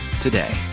today